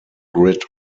grid